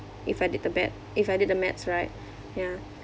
if I did the bet if I did the maths right ya